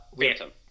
Phantom